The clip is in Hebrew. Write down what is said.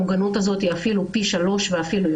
המוגנות הזאת היא אפילו פי 3 ויותר,